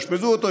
יאשפזו אותו,